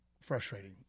frustrating